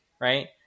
right